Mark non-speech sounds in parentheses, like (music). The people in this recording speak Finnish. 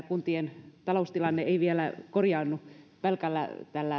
(unintelligible) kuntien taloustilanne ei vielä korjaannu pelkällä